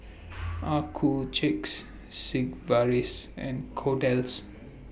Accuchecks Sigvaris and Kordel's